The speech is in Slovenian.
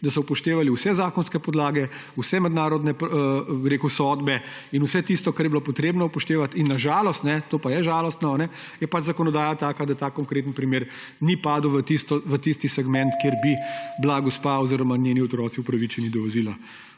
da so upoštevali vse zakonske podlage, vse mednarodne sodbe in vse tisto, kar je bilo potrebno upoštevati. Na žalost, to pa je žalostno, je zakonodaja taka, da ta konkretni primer ni padel v tisti segment, kjer bi bila gospa oziroma njeni otroci upravičeni do azila.